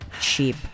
cheap